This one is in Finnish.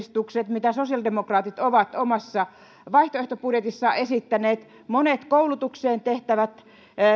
mitä sosiaalidemokraatit ovat omassa vaihtoehtobudjetissaan esittäneet monet koulutukseen tehtävät